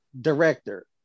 director